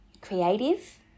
creative